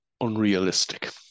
unrealistic